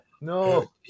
No